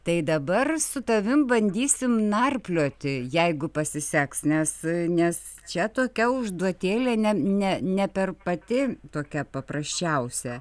tai dabar su tavim bandysim narplioti jeigu pasiseks nes nes čia tokia užduotėlė ne ne ne per pati tokia paprasčiausia